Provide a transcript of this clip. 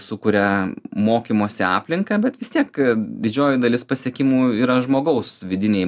sukuria mokymosi aplinką bet vis tiek didžioji dalis pasiekimų yra žmogaus vidinei